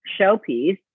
showpiece